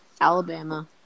Alabama